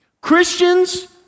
Christians